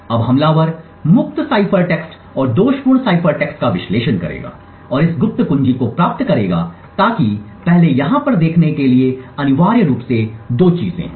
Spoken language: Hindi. अब हमलावर मुक्त साइफर टेक्स्ट और दोषपूर्ण साइफर टेक्स्ट का विश्लेषण करेगा और इस गुप्त कुंजी को प्राप्त करेगा ताकि पहले यहां पर देखने के लिए अनिवार्य रूप से दो चीजें हों